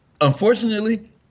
unfortunately